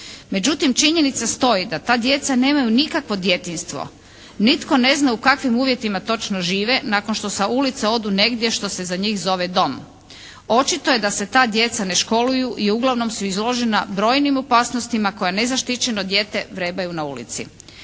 Međutim činjenica stoji da ta djeca nemaju nikakvo djetinjstvo. Nitko ne zna u kakvim uvjetima točno žive nakon što sa ulice odu negdje što se za njih zove dom. Očito je da se ta djeca ne školuju i uglavnom su izložena brojnim opasnostima koja nezaštićeno dijete vrebaju na ulici.